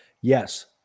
Yes